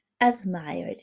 admired